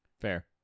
Fair